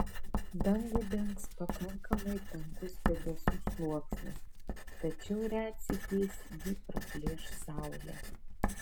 dangų dengs pakankami tankus debesų sluoksnis tačiau retsykiais jį praplėš saulė